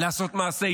לעשות מעשה.